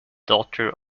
daughter